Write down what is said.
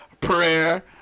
prayer